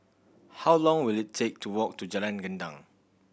how long will it take to walk to Jalan Gendang